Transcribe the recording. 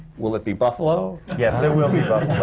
will it be buffalo? yes, it will be